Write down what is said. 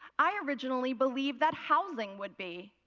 i originally believed that housing would be.